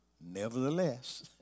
Nevertheless